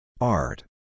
Art